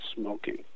smoking